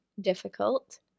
difficult